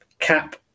cap